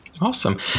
awesome